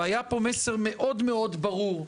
היה פה מסר מאוד מאוד ברור: